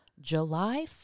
July